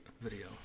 video